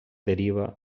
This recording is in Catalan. derivaria